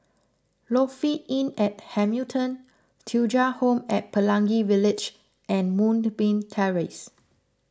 Lofi Inn at Hamilton Thuja Home at Pelangi Village and Moonbeam Terrace